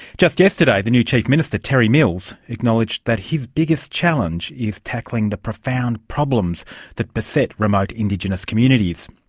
just yesterday the new chief minister terry mills acknowledged that his biggest challenge is tackling the profound problems that beset remote indigenous communities.